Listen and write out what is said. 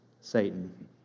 Satan